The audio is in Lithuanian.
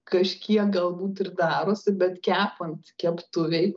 kažkiek galbūt ir darosi bet kepant keptuvėj